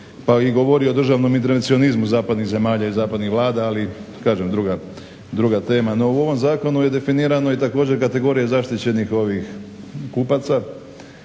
Govori i o državnom internacionalizmu zapadnih zemalja i zapadnih vlada, ali kažem druga tema. No u ovom zakonu je definirano i također kategorije zaštićenih kupaca,